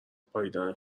پائیدن